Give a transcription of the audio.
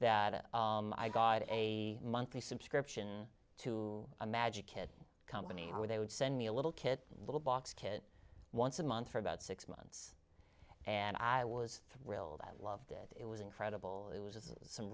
that oh my god a monthly subscription to a magic kit company where they would send me a little kid little box kid once a month for about six months and i was thrilled and loved it it was incredible it was some